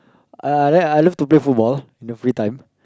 uh I like I love to play football in the free time